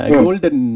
golden